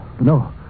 No